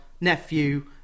nephew